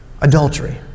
adultery